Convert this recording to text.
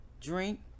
drink